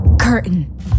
curtain